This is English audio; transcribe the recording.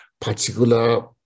particular